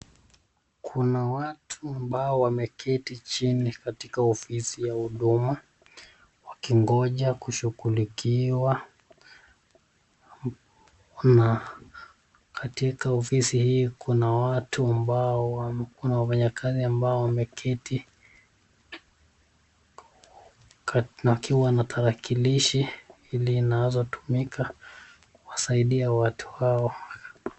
Kuna watu ambao wameketi chini katika ofisi ya huduma wakingoja kushughulikiwa. Katika ofisi hii kuna watu ambao wafanyikazi ambao wameketi wakiwa na tarakilishi ili inazotumika kuwasaidia watu hao.